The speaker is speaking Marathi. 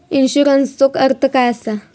इन्शुरन्सचो अर्थ काय असा?